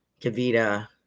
Kavita